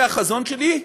זה החזון שלי,